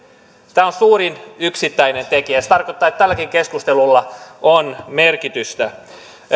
tämä on suurin yksittäinen tekijä ja se tarkoittaa että tälläkin keskustelulla on merkitystä